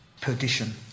perdition